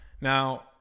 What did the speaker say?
now